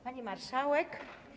Pani Marszałek!